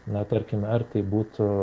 na tarkime ar tai būtų